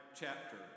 chapter